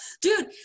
dude